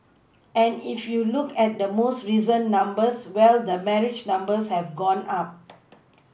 and if you look at the most recent numbers well the marriage numbers have gone up